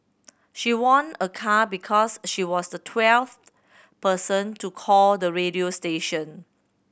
she won a car because she was the twelfth person to call the radio station